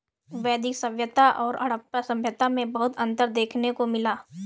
वैदिक सभ्यता और हड़प्पा सभ्यता में बहुत अन्तर देखने को मिला है